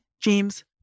James